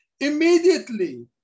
immediately